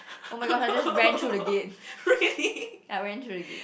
oh-my-god I just ran through the gate I went through the gate